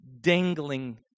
dangling